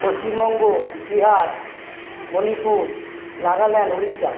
Paschimbanga Bihar Manipur Nagaland Orissa